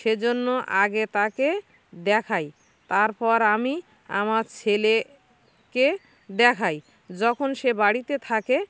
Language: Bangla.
সে জন্য আগে তাকে দেখাই তারপর আমি আমার ছেলেকে দেখাই যখন সে বাড়িতে থাকে